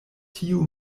tiu